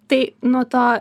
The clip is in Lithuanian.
tai nuo to